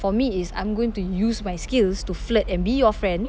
for me is I'm going to use my skills to flirt and be your friend